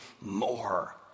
more